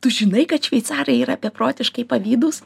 tu žinai kad šveicarai yra beprotiškai pavydūs